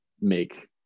make